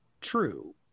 true